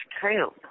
camp